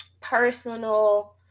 personal